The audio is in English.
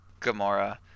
Gamora